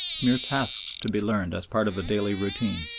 mere tasks to be learned as part of the daily routine,